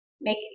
make